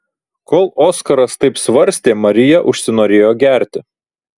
kol oskaras taip svarstė marija užsinorėjo gerti